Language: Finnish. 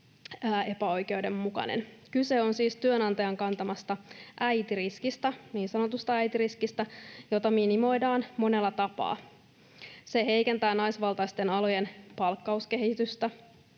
epäoikeudenmukainen. Kyse on siis työnantajan kantamasta niin sanotusta äitiriskistä, jota minimoidaan monella tapaa. Se heikentää naisvaltaisten alojen palkkauskehitystä